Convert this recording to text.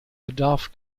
bedarf